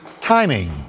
timing